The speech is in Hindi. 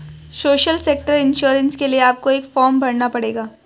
सोशल सेक्टर इंश्योरेंस के लिए आपको एक फॉर्म भरना पड़ेगा